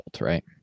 right